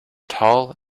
tall